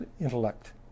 intellect